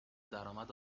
درامد